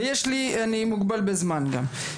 ואני מוגבל בזמן גם.